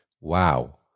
Wow